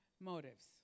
motives